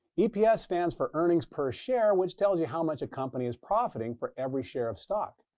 eps yeah stands for earnings per share, which tells you how much a company is profiting for every share of stock.